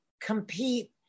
compete